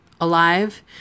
alive